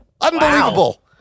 Unbelievable